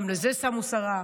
גם לזה שמו שרה,